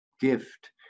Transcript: gift